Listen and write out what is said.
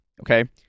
okay